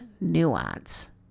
nuance